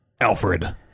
Alfred